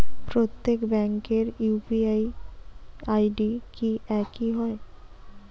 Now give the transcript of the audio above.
প্রত্যেক ব্যাংকের UPI ID কি একই হয়?